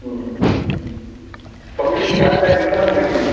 হুম হুম সঙ্গে কিছু ব্যাগ প্যাগ নিতে হবে না কি